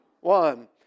one